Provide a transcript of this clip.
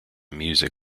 music